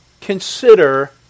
consider